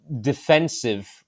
defensive